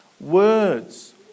words